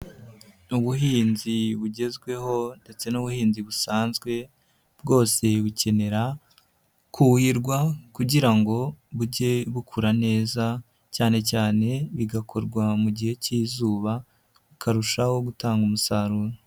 Ubuhinzi bugezweho ndetse n'ubuhinzi busanzwe, bwose bukenera kuhirwa kugira ngo bujye bukura neza cyane cyane bigakorwa mu gihe cy'izuba, bukarushaho gutanga umusaruro.